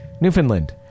Newfoundland